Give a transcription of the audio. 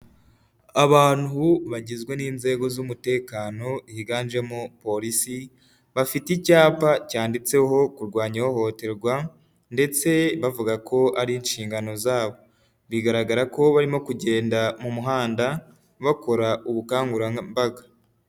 Abantu bagizwe n'inzego z'umutekano higanjemo polisi, bafite icyapa cyanditseho kurwanya ihohoterwa ndetse bavuga ko ari inshingano zabo. Bigaragara ko barimo kugenda mu muhanda bakora ubukangurambaga.